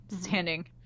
standing